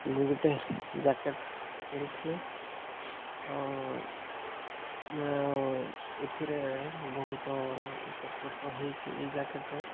ମୁଁ ଗୋଟେ ଜ୍ୟାକେଟ୍ କିଣିଥିଲି ଏଥିରେ ବହୁତ ଉପକୃତ ହେଇଛି ଏଇ ଜ୍ୟାକେଟ୍ରୁ